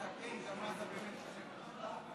תנסה לדבר גם על מה שאתה חושב על זה.